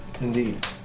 Indeed